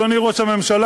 אדוני ראש הממשלה,